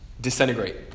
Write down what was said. disintegrate